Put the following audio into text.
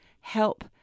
Help